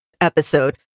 episode